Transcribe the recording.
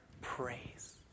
praise